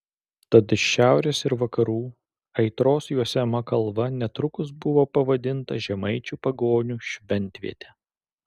tad iš šiaurės ir vakarų aitros juosiama kalva netrukus buvo pavadinta žemaičių pagonių šventviete